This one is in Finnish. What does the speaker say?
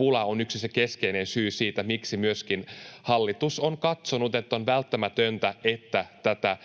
on yksi keskeinen syy siihen, miksi myöskin hallitus on katsonut, että on välttämätöntä, että tätä